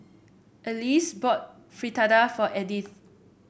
Alyse bought Fritada for Edith